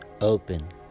open